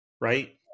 Right